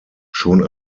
schon